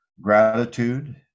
gratitude